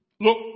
look